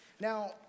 now